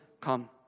come